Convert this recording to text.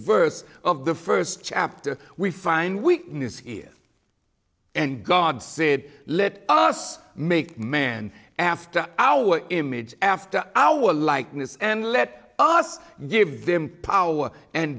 verse of the first chapter we find weakness here and god said let us make man after our image after our likeness and let us give them power and